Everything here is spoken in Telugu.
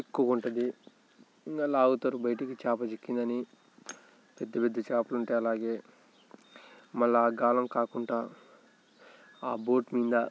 చిక్కుకుంటుంది ఇంకా లాగుతారు బయటకి చేప చిక్కిందని పెద్ద పెద్ద చేపలు ఉంటాయి అలాగే మళ్ళీ ఆ గాలం కాకుండా ఆ బోట్ నిండా